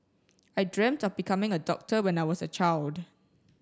I dreamt of becoming a doctor when I was a child